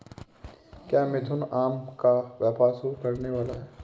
क्या मिथुन आम का व्यापार शुरू करने वाला है?